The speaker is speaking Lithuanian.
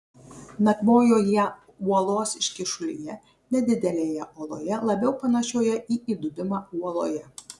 nakvojo jie uolos iškyšulyje nedidelėje oloje labiau panašioje į įdubimą uoloje